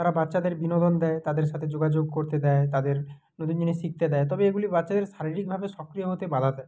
তারা বাচ্চাদের বিনোদন দেয় তাদের সাথে যোগাযোগ করতে দেয় তাদের নতুন জিনিস শিখতে দেয় তবে এগুলি বাচ্চাদের শারীরিকভাবে সক্রিয় হতে বাধা দেয়